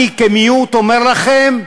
אני כמיעוט אומר לכם: